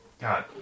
God